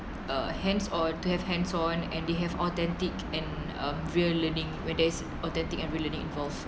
uh hands on to have hands on and they have authentic and a real living when there's authentic and real learning involved